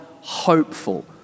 hopeful